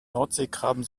nordseekrabben